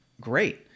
great